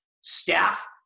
staff